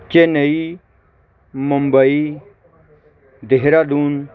Chennai Mumbai Dehradun